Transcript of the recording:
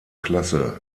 klasse